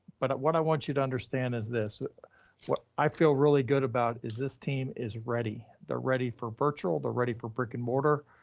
but what i want you to understand is this i feel really good about is this team is ready. they're ready for virtual. they're ready for brick and mortar.